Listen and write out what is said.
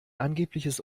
angebliches